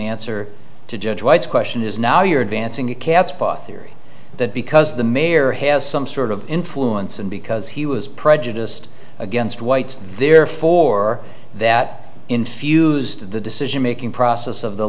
answer to judge white's question is now you're advancing a catspaw theory that because the mayor has some sort of influence and because he was prejudiced against whites therefore that infused the decision making process of the